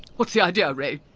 what's the idea, ray?